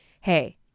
Hey